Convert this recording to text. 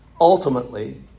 ultimately